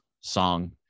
song